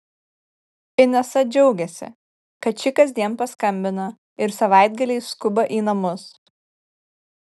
inesa džiaugiasi kad ši kasdien paskambina ir savaitgaliais skuba į namus